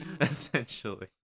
essentially